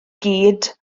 gyd